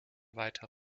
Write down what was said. weitere